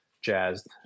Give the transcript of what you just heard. jazzed